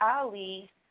Ali